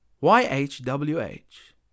y-h-w-h